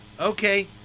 Okay